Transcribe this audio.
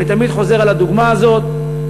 ואני תמיד חוזר על הדוגמה הזאת,